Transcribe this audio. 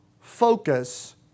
focus